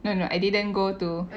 no no I didn't go to